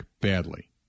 badly